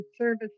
service